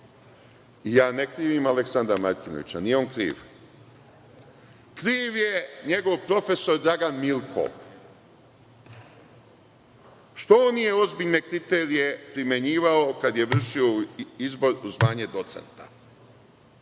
Ja ne krivim Aleksandra Martinovića, nije on kriv. Kriv je njegov profesor Dragan Milko, što on nije ozbiljne kriterijume primenjivao kada je vršio izbor u zvanje docenta.